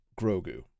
Grogu